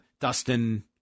Dustin